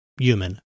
human